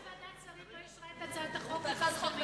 למה ועדת שרים לא אישרה את הצעת החוק לחסכמים?